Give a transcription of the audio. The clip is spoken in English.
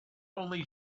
only